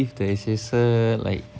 you give the assessor like